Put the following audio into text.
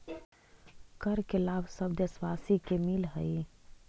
कर के लाभ सब देशवासी के मिलऽ हइ